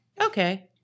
Okay